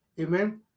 Amen